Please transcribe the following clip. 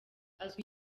azwi